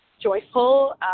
joyful